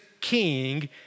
king